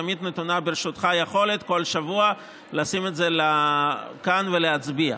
תמיד נתונה לך היכולת בכל שבוע לשים את זה כאן ולהצביע.